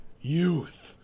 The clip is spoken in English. Youth